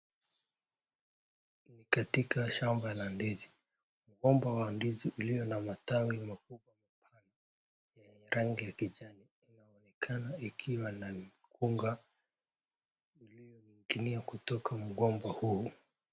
Ni katika shamba la ndizi mgomba wa ndizi ulio na matawi makubwa mapana yenye rangi ya kijani inaonekana ikiwa na mikunga ulioingilia katoka mgomba huu.